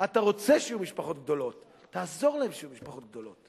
אתה רוצה שיהיו משפחות גדולות.